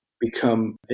become